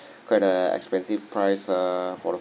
quite a expensive price uh for the